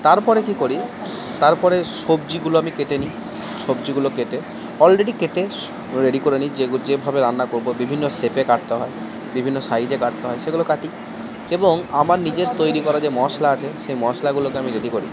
তারপরে কী করি তারপরে সবজিগুলো আমি কেটে নিই সবজিগুলো কেটে অলরেডি কেটে সো রেডি করে নিই যেভাবে রান্না করবো বিভিন্ন সেপে কাটতে হয় বিভিন্ন সাইজে কাটতে হয় সেগুলো কাটি এবং আমার নিজের তৈরি করা যে মশলা আছে সে মশলাগুলোকে আমি রেডি করি